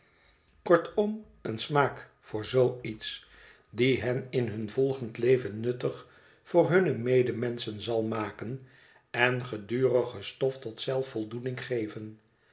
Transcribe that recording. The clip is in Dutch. kortom een smaak voor zoo iets die hen in hun volgend leven nuttig voor hunne medemenschen zal maken en gedurige stof tot zelfvoldoening geven